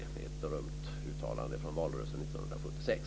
Det är ett berömt uttalande från valrörelsen 1976.